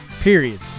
Period